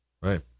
Right